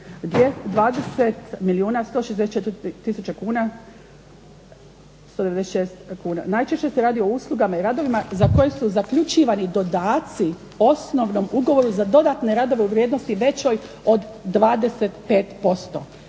tisuće 196 kuna. Najčešće se radi o uslugama i radovima za koje su zaključivani dodaci osnovnom ugovoru za dodatne radove u vrijednosti većoj od 25%.